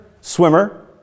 swimmer